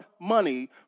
money